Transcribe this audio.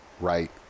right